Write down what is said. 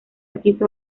quiso